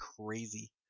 crazy